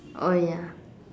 oh ya